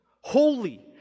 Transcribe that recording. holy